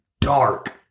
Dark